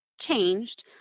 changed